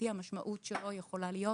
המשמעות של שיקום תעסוקתי יכולה להיות